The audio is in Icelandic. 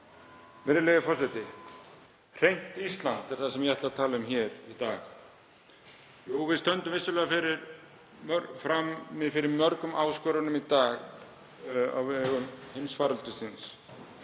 Virðulegi forseti. Hreint Ísland er það sem ég ætla að tala um hér í dag. Jú, við stöndum vissulega frammi fyrir mörgum áskorunum í dag vegna heimsfaraldursins,